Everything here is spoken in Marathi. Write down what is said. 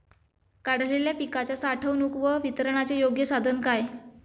काढलेल्या पिकाच्या साठवणूक व वितरणाचे योग्य साधन काय?